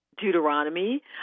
Deuteronomy